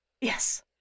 Yes